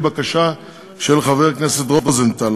התוספת הזאת היא לפי בקשה של חבר הכנסת רוזנטל.